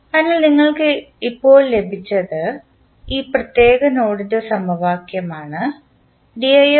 അതിനാൽ നിങ്ങൾക്ക് ഇപ്പോൾ ലഭിച്ചത് ഈ പ്രത്യേക നോഡിൻറെ സമവാക്യം ആണ്